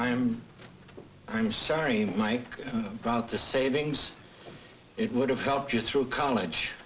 i am i'm sorry my about the savings it would have helped you through college